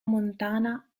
montana